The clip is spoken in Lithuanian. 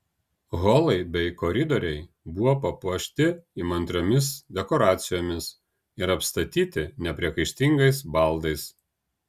holai bei koridoriai buvo papuošei įmantriomis dekoracijomis ir apstatyti nepriekaištingais baldais